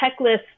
checklist